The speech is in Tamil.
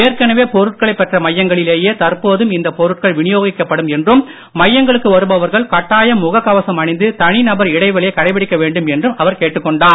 ஏற்கனவே பொருட்களை பெற்ற மையங்களிலேயே தற்பொழுதும் இந்த பொருட்கள் வினியோகிக்கப்படும் என்றும் மையங்களுக்கு வருபவர்கள் கட்டாயம் முகக்கவசம் அணிந்து தனிநபர் இடைவெளியை கடைபிடிக்க வேண்டும் என்றும் அவர் கேட்டுக் கொண்டுள்ளார்